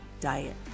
Diet